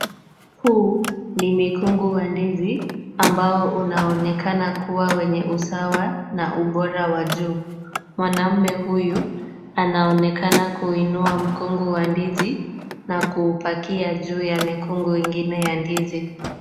Huu ni mikungu wa ndizi ambao unaonekana kuwa wenye usawa na ubora wa juu. Mwanaume huyu anaonekana kuinia mkungu wa ndizi na kuupakia juu ya mikungu ingine ya ndazi.